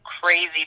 crazy